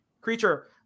creature